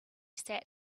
sat